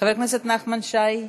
חבר הכנסת נחמן שי,